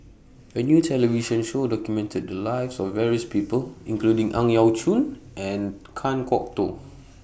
A New television Show documented The Lives of various People including Ang Yau Choon and Kan Kwok Toh